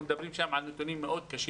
אנחנו מדברים שם על נתונים מאוד קשים.